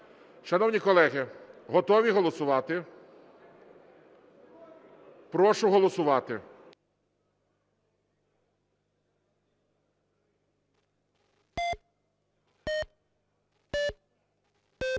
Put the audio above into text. Шановні колеги, готові голосувати? Прошу голосувати.